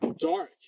dark